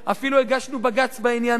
אפילו הגשנו עתירה לבג"ץ בעניין,